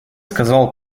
сказал